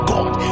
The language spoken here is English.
God